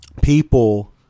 people